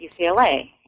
UCLA